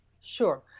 Sure